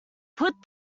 put